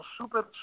super